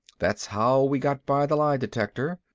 that's how we got by the lie detector.